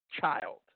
child